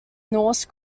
norse